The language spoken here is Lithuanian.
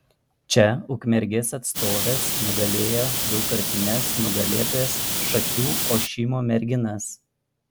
čia ukmergės atstovės nugalėjo daugkartines nugalėtojas šakių ošimo merginas